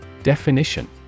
Definition